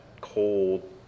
cold